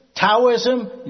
Taoism